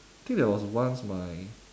I think there was once my